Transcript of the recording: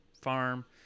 farm